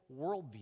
worldview